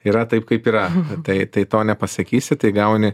yra taip kaip yra tai tai to nepasakysi tai gauni